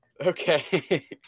Okay